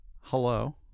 hello